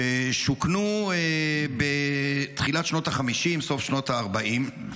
ששוכנו בתחילת שנות החמישים, סוף שנות הארבעים.